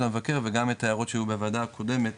המבקר וגם את ההערות שהיו בוועדה הקודמת